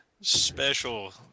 special